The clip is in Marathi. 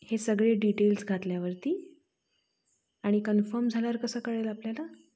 हे सगळे डिटेल्स घातल्यावरती आणि कन्फर्म झाल्यावर कसं कळेल आपल्याला